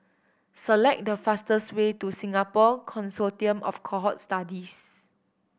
select the fastest way to Singapore Consortium of Cohort Studies